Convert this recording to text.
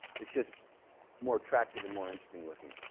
it's just more attractive and more interesting looking.